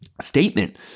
statement